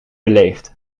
beleefd